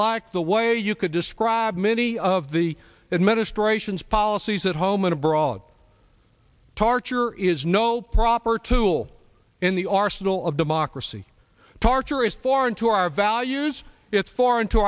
like the way you could describe many of the administration's policies at home and abroad torture is no proper tool in the arsenal of democracy torture is foreign to our values it's foreign to